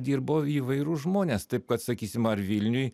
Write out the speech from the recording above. dirbo įvairūs žmonės taip kad sakysim ar vilniuj